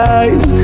eyes